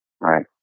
Right